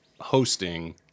hosting